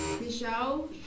Michelle